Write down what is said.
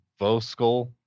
Voskull